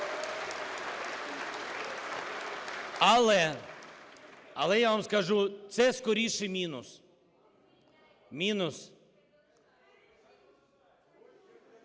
Але, я вам скажу, це скоріше мінус. Мінус.